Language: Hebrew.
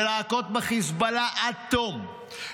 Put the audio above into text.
להכות בחיזבאללה עד תום